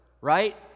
right